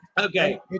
Okay